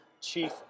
chief